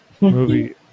Movie